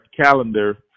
calendar